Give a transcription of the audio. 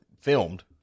filmed